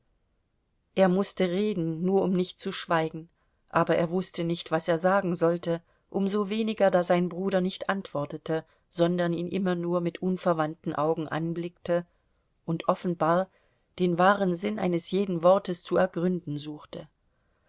er mußte reden nur um nicht zu schweigen aber er wußte nicht was er sagen sollte um so weniger da sein bruder nicht antwortete sondern ihn immer nur mit unverwandten augen anblickte und offenbar den wahren sinn eines jeden wortes zu ergründen suchte